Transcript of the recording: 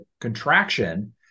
contraction